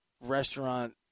restaurant